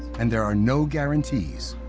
and there are no guarantees.